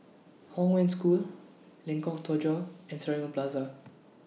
Hong Wen School Lengkok Tujoh and Serangoon Plaza